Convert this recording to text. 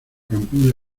campiña